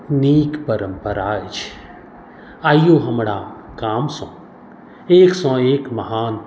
नीक परम्परा अछि आइयो हमरा गामसँ एकसँ एक महान